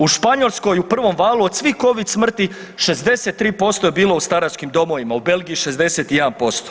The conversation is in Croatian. U Španjolskoj u prvom valu od svih Covid smrti, 63% je bilo u staračkim domovima, u Belgiji 61%